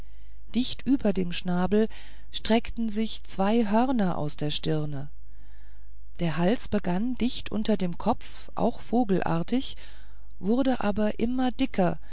dicht über dem schnabel streckten sich zwei hörner aus der stirne der hals begann dicht unter dem kopf auch vogelartig wurde aber immer dicker